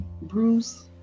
Bruce